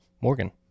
Morgan